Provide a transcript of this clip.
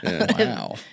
Wow